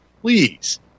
please